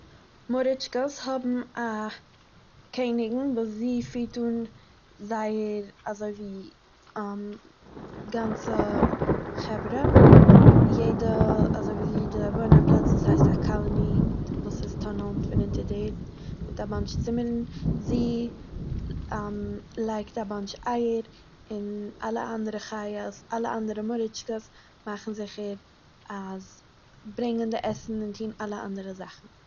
מארעטשקעס האבן א קעניגן וואס זי פירט אן זייער אזוי ווי גאנצע חברה, יעדער אזוי ווי זיי וואוינען אין א פלאץ וואס הייסט א קאלאני וואס איז טונעל פון אונטער די ערד מיט א באנטש צומערן, זי – לייגט א באנטש אייער און אלע אנדערע חיות, אלע אנדערע מארעטשקעס מאכן זוכער אז.. ברענגען די עסן און טוהן אלע אנדערע זאכן.